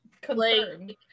confirmed